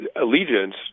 allegiance